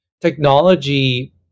Technology